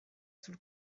sul